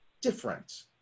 different